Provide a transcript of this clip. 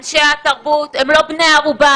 אנשי התרבות הם לא בני ערובה,